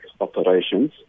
operations